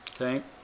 Okay